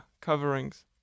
coverings